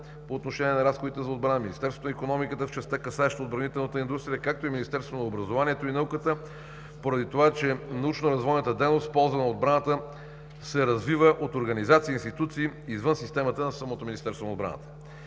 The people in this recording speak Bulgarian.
по отношение на разходите за отбрана, Министерството на икономиката – в частта, касаеща отбранителната индустрия, както и Министерството на образованието и науката, поради това че научно-развойната дейност в полза на отбраната се развива от организации и институции извън системата на самото Министерство на отбраната.